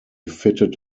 fitted